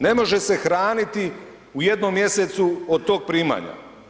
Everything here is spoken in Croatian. Ne može se hraniti u jednom mjesecu od tog primanja.